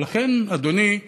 ולכן, אדוני,